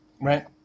Right